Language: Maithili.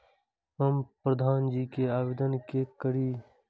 हमू प्रधान जी के आवेदन के करी?